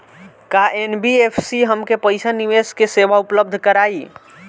का एन.बी.एफ.सी हमके पईसा निवेश के सेवा उपलब्ध कराई?